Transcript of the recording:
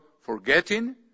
forgetting